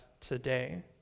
today